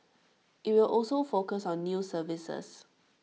IT will also focus on new services